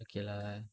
okay lah